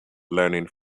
learning